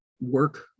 work